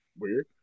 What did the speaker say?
weird